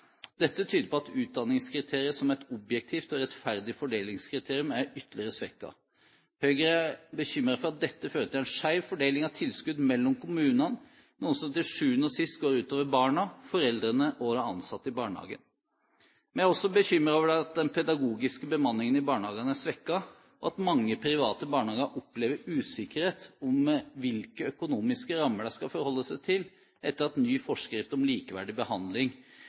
Dette tyder på at utdanningskriteriet som et objektivt og rettferdig fordelingskriterium er ytterligere svekket. Høyre er bekymret for at dette fører til en skjev fordeling av tilskudd mellom kommunene, noe som til syvende og sist går ut over barna, foreldrene og de ansatte i barnehagen. Vi er også bekymret over at den pedagogiske bemanningen i barnehagene er svekket, og at mange private barnehager opplever usikkerhet om hvilke økonomiske rammer de skal forholde seg til, etter at ny forskrift om likeverdig behandling